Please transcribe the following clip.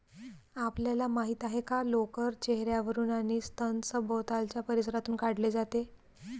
आपल्याला माहित आहे का लोकर चेहर्यावरून आणि स्तन सभोवतालच्या परिसरातून काढले जाते